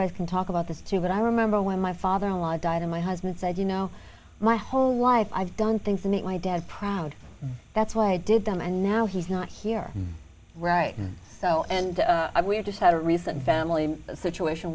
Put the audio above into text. guys can talk about this too but i remember when my father in law died and my husband said you know my whole life i've done things neat my dad proud that's why i did them and now he's not here right now so and we've just had a recent family situation